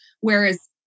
whereas